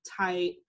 tight